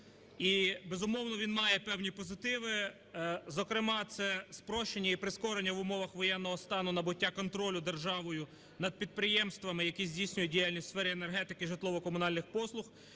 і, безумовно, він має певні позитиви, зокрема це спрощення і прискорення в умовах воєнного стану набуття контролю державою над підприємствами, які здійснюють діяльність у сфері енергетики і житлово-комунальних послуг.